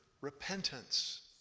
repentance